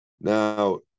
Now